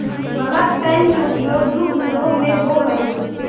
bulk tank के उपयोग दुग्ध उद्योग में होवऽ हई